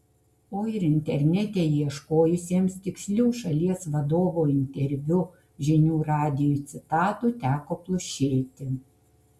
o ir internete ieškojusiems tikslių šalies vadovo interviu žinių radijui citatų teko plušėti